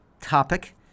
topic